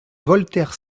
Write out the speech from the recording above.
voltaire